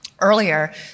earlier